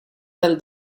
del